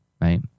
right